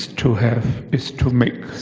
to have, is to make